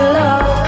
love